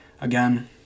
Again